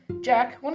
Jack